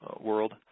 world